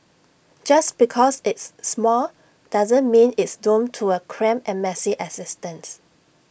just because it's small doesn't mean it's doomed to A cramped and messy existence